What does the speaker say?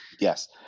yes